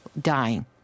dying